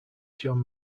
john